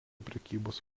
prekybos